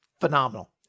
phenomenal